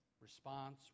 response